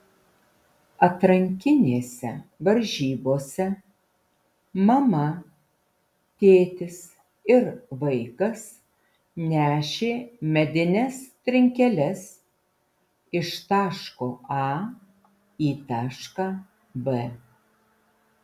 atrankinėse varžybose mama tėtis ir vaikas nešė medines trinkeles iš taško a į tašką b